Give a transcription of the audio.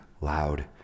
loud